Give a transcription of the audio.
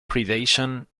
predation